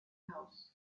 house